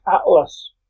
atlas